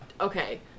Okay